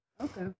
okay